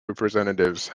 representatives